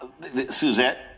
Suzette